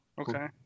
Okay